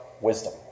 wisdom